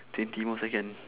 twenty more second